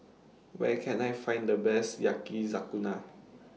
Where Can I Find The Best Yakizakana